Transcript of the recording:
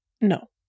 no